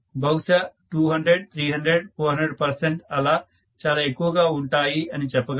బహుశా 200 300 400 పర్సెంట్ అలా చాలా ఎక్కువగా ఉంటాయి అని చెప్పగలను